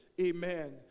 amen